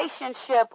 relationship